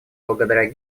благодаря